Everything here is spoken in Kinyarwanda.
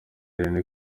rene